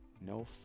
no